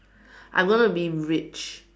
I'm going to be rich